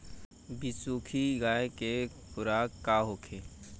बिसुखी गाय के खुराक का होखे?